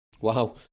Wow